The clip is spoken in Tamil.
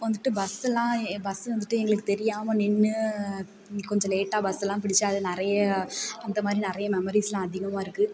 அப்போ வந்துட்டு பஸ் எல்லாம் பஸ் வந்துட்டு எங்களுக்கு தெரியாமல் நின்று கொஞ்சம் லேட்டாக பஸ் எல்லாம் பிடிச்சு அது நிறைய அந்த மாதிரி நிறைய மெமரிஸெலாம் அதிகமாக இருக்குது